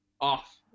off